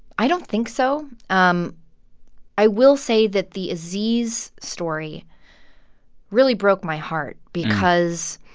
i don't think so. um i will say that the aziz story really broke my heart because